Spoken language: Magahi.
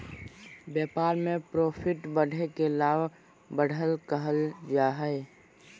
व्यापार में प्रॉफिट बढ़े के लाभ, बढ़त कहल जा हइ